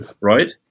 Right